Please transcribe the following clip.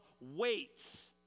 waits